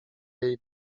jej